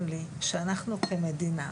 שאנחנו כמדינה,